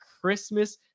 Christmas